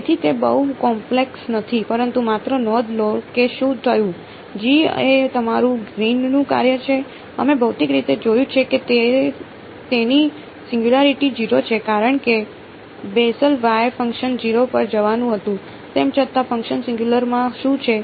તેથી તે બહુ કોમ્પ્લેક્સ નથી પરંતુ માત્ર નોંધ લો કે શું થયું G એ તમારું ગ્રીનનું કાર્ય છે અમે ભૌતિક રીતે જોયું છે કે તેની સિંગયુંલારીટી 0 છે કારણ કે બેસેલ ફંક્શનમાં 0 પર જવાનું હતું તેમ છતાં ફંક્શન સિંગયુલર માં શું છે